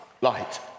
Light